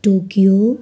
Tokyo